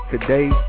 today